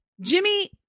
Jimmy